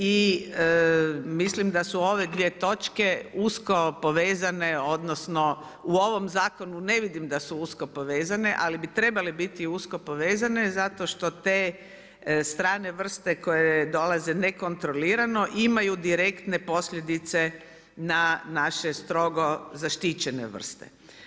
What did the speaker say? I mislim da su ove dvije točke usko povezane odnosno u ovom zakonu ne vidim da su usko povezane, ali bi trebale biti usko povezane zato što te strane vrste koje dolaze nekontrolirano imaju direktne posljedice na naše strogo zaštićene vrste.